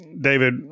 David